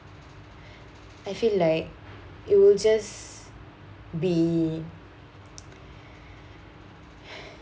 I feel like it would just be